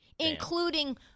Including